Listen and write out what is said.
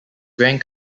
grand